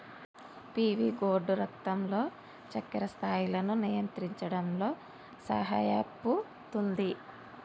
PV gourd రక్తంలో చక్కెర స్థాయిలను నియంత్రించడంలో సహాయపుతుంది